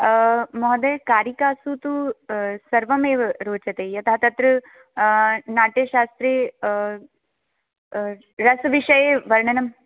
महोदय कारिकासु तु सर्वमेव रोचते यतः तत्र नाट्यशास्त्रे रसविषये वर्णनं